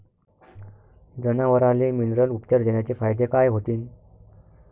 जनावराले मिनरल उपचार देण्याचे फायदे काय होतीन?